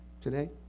Today